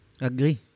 Agree